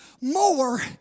more